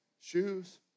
shoes